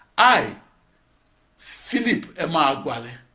i philip emeagwali